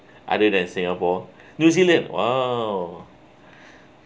other than singapore new zealand !wow!